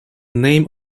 name